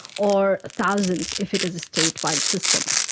or thousands if it is a state-wide system.